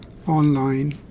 online